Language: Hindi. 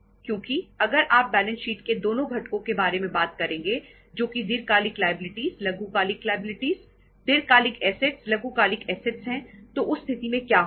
क्योंकि अगर आप बैलेंस शीट के दोनों घटकों के बारे में बात करेंगे जो कि दीर्घकालिक लायबिलिटीज लघुकालिक लायबिलिटीज दीर्घकालिक असेट्स लघुकालिक असेट्स है तो उस स्थिति में क्या होगा